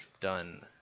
done –